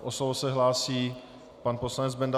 O slovo se hlásí pan poslanec Benda.